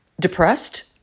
depressed